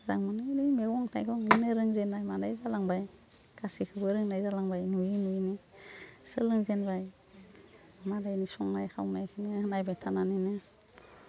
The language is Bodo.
मोजां मोनो जों मैगं थाइगं बिदिनो रोंजेन्नाय मानाय जालांबाय गासैखौबो रोंनाय जालांबाय नुयै नुयैनो सोलोंजेनबाय मालायनि संनाय खावनायखौनो नायबाय थानानैनो